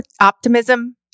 optimism